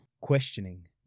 questioning